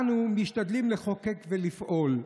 אנו משתדלים לחוקק ולפעול.